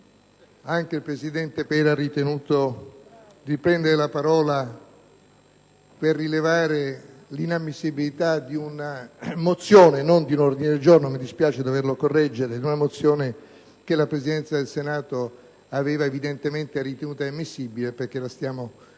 anche il presidente Pera ha ritenuto di prendere la parola per rilevare l'inammissibilità di una mozione - non di un ordine del giorno, mi dispiace doverlo correggere - che la Presidenza del Senato aveva evidentemente ritenuto ammissibile, visto che ormai la stiamo discutendo